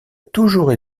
toujours